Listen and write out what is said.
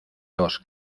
los